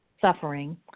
suffering